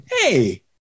Hey